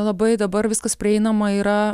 labai dabar viskas prieinama yra